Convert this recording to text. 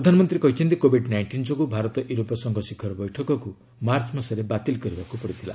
ପ୍ରଧାନମନ୍ତ୍ରୀ କହିଛନ୍ତି COVID nineteen ଯୋଗୁଁ ଭାରତ ୟୁରୋପୀୟ ସଂଘ ଶିଖର ବୈଠକକୁ ମାର୍ଚ୍ଚ ମାସରେ ବାତିଲ କରିବାକୁ ପଡ଼ିଥିଲା